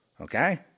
Okay